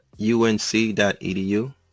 unc.edu